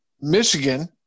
Michigan